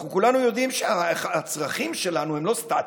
אנחנו כולנו יודעים שהצרכים שלנו הם לא סטטיים.